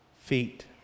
feet